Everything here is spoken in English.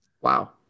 Wow